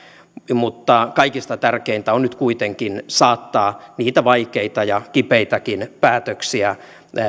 mutta kaikista tärkeintä on nyt kuitenkin saattaa niitä vaikeita ja kipeitäkin päätöksiä